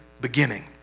beginning